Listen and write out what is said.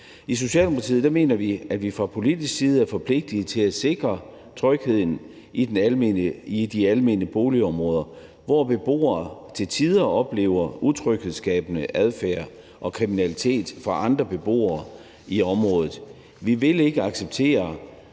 I Socialdemokratiet mener vi, at vi fra politisk side er forpligtiget til at sikre trygheden i de almene boligområder, hvor beboere til tider oplever utryghedsskabende adfærd og kriminalitet fra andre beboere i området. Vi vil ikke acceptere